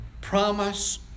promise